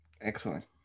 excellent